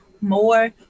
more